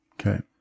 Okay